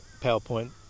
PowerPoint